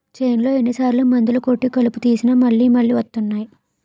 చేన్లో ఎన్ని సార్లు మందులు కొట్టి కలుపు తీసినా మళ్ళి మళ్ళి వస్తున్నాయి